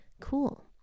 cool